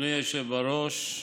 אדוני היושב-ראש,